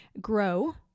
grow